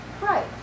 right